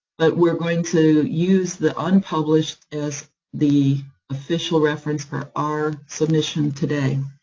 but we're going to use the unpublished as the official reference for our submission today.